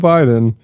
Biden